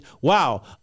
wow